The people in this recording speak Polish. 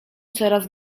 coraz